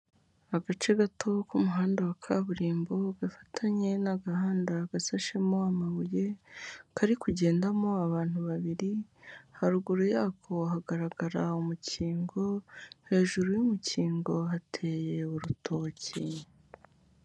Agace gato k'umuhanda wa kaburimbo gafatanye n'agahanda gasashemo amabuye kari kugendamo abantu babiri, haruguru yako hagaragara umukingo, hejuru y'umukingo hateye urutoki.